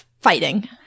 fighting